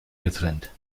getrennt